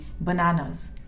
bananas